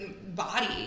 body